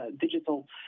digital